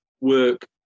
work